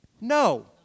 No